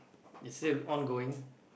is still ongoing